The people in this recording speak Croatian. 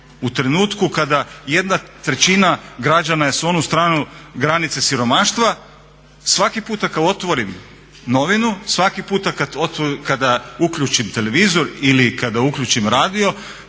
u trenutku kada jedna trećina građana je s onu stranu granica siromaštava svaki puta kada otvorim novine, svaki put kad uključim televizor ili kada uključim radio